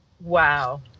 Wow